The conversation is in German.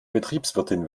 betriebswirtin